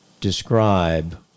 describe